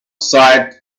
sight